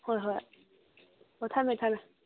ꯍꯣꯏ ꯍꯣꯏ ꯑꯣ ꯊꯝꯃꯦ ꯊꯝꯃꯦ